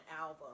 album